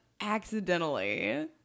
accidentally